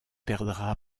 perdra